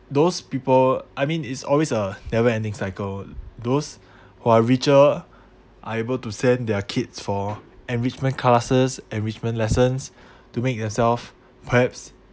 those people I mean is always a never ending cycle those who are richer are able to send their kids for enrichment classes enrichment lessons to make yourself perhaps